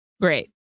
Great